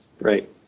right